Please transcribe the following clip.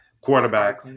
quarterback